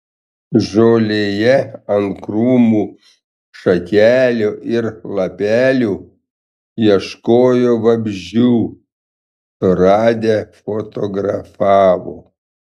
žolėje ant krūmų šakelių ir lapelių ieškojo vabzdžių suradę fotografavo